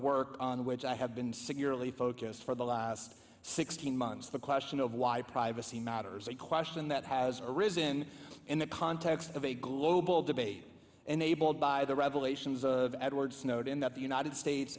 work on which i have been securely focused for the last sixteen months the question of why privacy matters a question that has arisen in the context of a global debate and a bold by the revelations of edward snowden that the united states